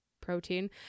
protein